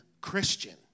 Christian